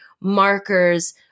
markers